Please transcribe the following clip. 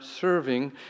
serving